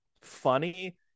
funny